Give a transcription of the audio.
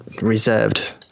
reserved